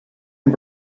and